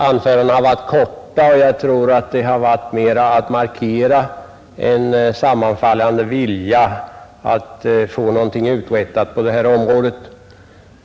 Anförandena har varit korta, och jag tror att de varit ägnade att markera en sammanfallande vilja att få någonting uträttat på detta område.